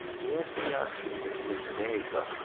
yes, we are actually getting into data.